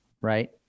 right